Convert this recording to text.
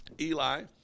Eli